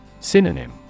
Synonym